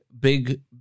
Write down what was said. big